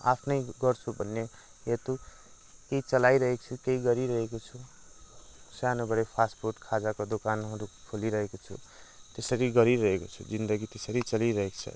आफ्नै गर्छु भन्ने हेतु केही चलाइरहेको छु केही गरिरहेको छु सानोबडे फास्टफुड खाजाको दोकानहरू खोलीरहेको छु त्यसरी गरिरहेको छु जिन्दगी त्यसरी चलिरहेको छ